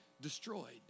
destroyed